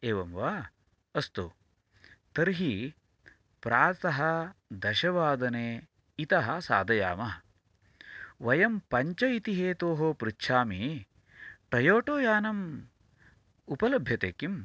एवं वा अस्तु तर्हि प्रातः दशवादने इतः साधयामः वयं पञ्च इति हेतोः पृच्छामि टयोटो यानम् उपलभ्यते किं